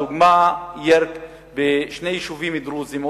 דוגמה בשני יישובים דרוזיים,